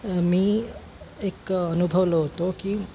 मी एक अनुभवलं होतं की